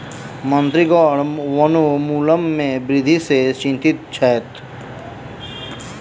मंत्रीगण वनोन्मूलन में वृद्धि सॅ चिंतित छैथ